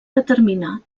determinar